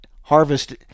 harvest